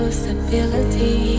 stability